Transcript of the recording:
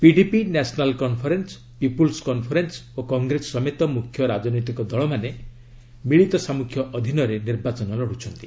PDP National Conference People's Conference ଓ କଂଗ୍ରେସ ସମେତ ମୁଖ୍ୟ ରାଜନୈତିକ ଦଳମାନେ ମିଳିତ ସାମ୍ମୁଖ୍ୟ ଅଧୀନରେ ନିର୍ବାଚନ ଲଢୁଛନ୍ତି